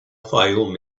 fayoum